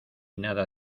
nada